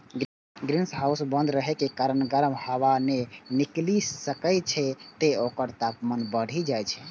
greenhouse बंद रहै के कारण गर्म हवा नै निकलि सकै छै, तें ओकर तापमान बढ़ि जाइ छै